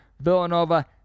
villanova